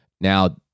Now